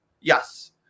Yes